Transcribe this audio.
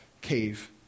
cave